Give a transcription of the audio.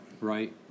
right